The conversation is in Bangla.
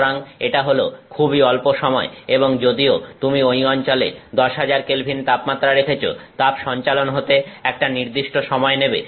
সুতরাং এটা হলো খুবই অল্প সময় এবং যদিও তুমি ওই অঞ্চলে 10000K তাপমাত্রা রেখেছো তাপ সঞ্চালন হতে একটা নির্দিষ্ট সময় নেবে